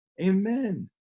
amen